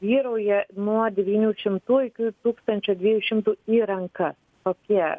vyrauja nuo devynių šimtų iki tūkstančio dviejų šimtų į rankas tokie